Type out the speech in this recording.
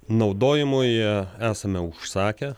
naudojimui esame užsakę